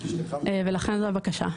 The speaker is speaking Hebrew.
ולכן זו הבקשה.